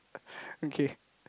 okay